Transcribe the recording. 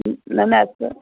हूं न न अच